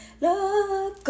love